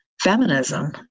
feminism